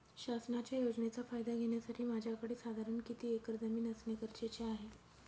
शासनाच्या योजनेचा फायदा घेण्यासाठी माझ्याकडे साधारण किती एकर जमीन असणे गरजेचे आहे?